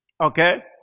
Okay